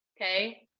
Okay